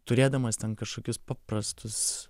turėdamas ten kažkokius paprastus